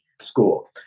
school